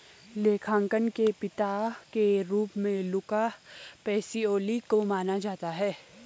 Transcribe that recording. लेखांकन के पिता के रूप में लुका पैसिओली को माना जाता है